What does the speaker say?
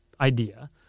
idea